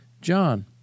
John